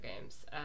games